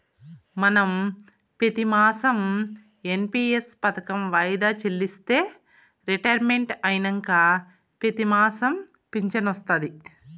మనం పెతిమాసం ఎన్.పి.ఎస్ పదకం వాయిదా చెల్లిస్తే రిటైర్మెంట్ అయినంక పెతిమాసం ఫించనొస్తాది